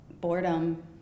boredom